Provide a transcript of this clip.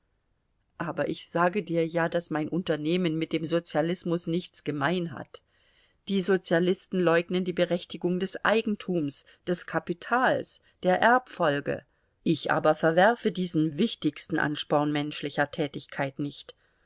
aber ich sage dir ja daß mein unternehmen mit dem sozialismus nichts gemein hat die sozialisten leugnen die berechtigung des eigentums des kapitals der erbfolge ich aber verwerfe diesen wichtigsten ansporn menschlicher tätigkeit nicht